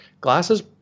glasses